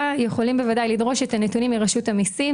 יכולים ודאי לדרוש את הנתונים מרשות המיסים.